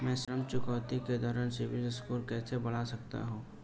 मैं ऋण चुकौती के दौरान सिबिल स्कोर कैसे बढ़ा सकता हूं?